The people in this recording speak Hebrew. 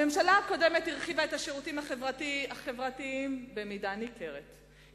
הממשלה הקודמת הרחיבה את השירותים החברתיים במידה ניכרת,